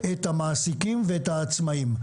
את המעסיקים ואת העצמאים.